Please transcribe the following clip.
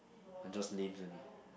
are just names only